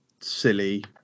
silly